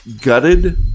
Gutted